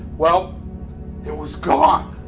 well it was gone.